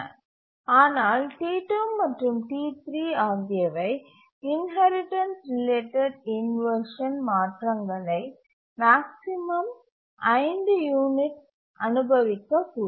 ஆனால் T2 மற்றும் T3 ஆகியவை இன்ஹெரிடன்ஸ் ரிலேட்டட் இன்வர்ஷன் மாற்றங்களை மேக்ஸிமம் 5 யூனிட்ஸ் அனுபவிக்கக்கூடும்